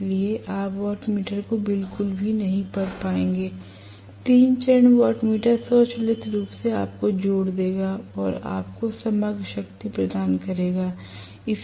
इसलिए आप वाटमीटर को बिल्कुल भी नहीं पढ़ पाएंगे 3 चरण वाटमीटर स्वचालित रूप से आपको जोड़ देगा और आपको समग्र शक्ति प्रदान करेगा